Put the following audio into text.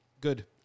good